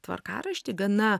tvarkaraštį gana